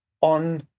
on